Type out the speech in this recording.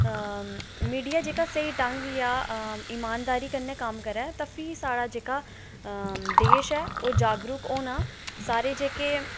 media जेह्का स्हेई ढंग जां ईमानदारी कन्नै कम्म करै ते फ्ही साढ़ा जेह्का देश ऐ ओह् जागरुक होना सारे जेह्के